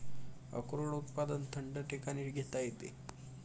अक्रोड उत्पादन थंड ठिकाणी घेता येते